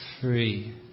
free